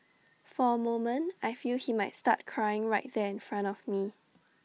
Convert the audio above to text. for A moment I feel he might start crying right there in front of me